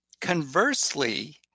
conversely